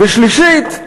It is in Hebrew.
ושלישית,